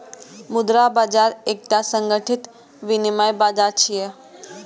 मुद्रा बाजार एकटा संगठित विनियम बाजार छियै